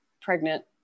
pregnant